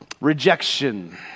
Rejection